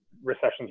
recessions